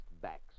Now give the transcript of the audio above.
backs